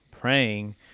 praying